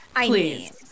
please